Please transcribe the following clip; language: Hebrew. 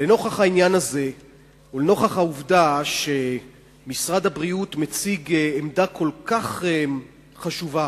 לנוכח העניין הזה ולנוכח העובדה שמשרד הבריאות מציג עמדה כל כך חשובה,